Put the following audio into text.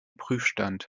prüfstand